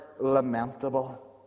lamentable